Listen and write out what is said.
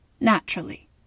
Naturally